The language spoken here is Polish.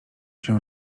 się